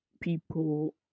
people